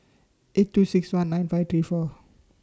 eight two six one nine five three four